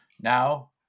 Now